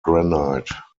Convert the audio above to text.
granite